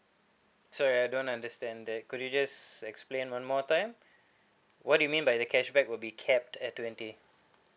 sorry I don't understand that could you just explain one more time what you mean by the cashback will be capped at twenty